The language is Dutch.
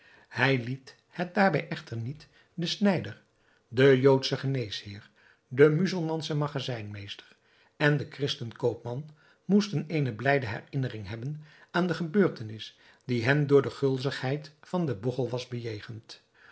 hij liet het daarbij echter niet de snijder de joodsche geneesheer de muzelmansche magazijnmeester en de christenkoopman moesten eene blijde herinnering hebben aan de gebeurtenis die hen door de gulzigheid van den bogchel was bejegend